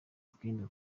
utwenda